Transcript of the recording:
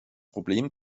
problem